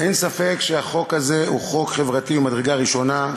אין ספק שהחוק הזה הוא חוק חברתי ממדרגה ראשונה,